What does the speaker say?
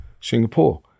Singapore